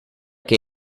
che